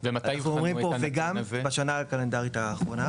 גם בשנה הקלנדרית האחרונה.